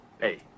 Hey